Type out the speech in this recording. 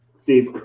Steve